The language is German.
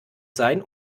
sein